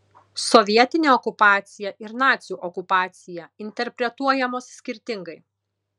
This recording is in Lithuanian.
sovietinė okupacija ir nacių okupacija interpretuojamos skirtingai